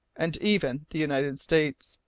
and even the united states,